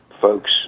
folks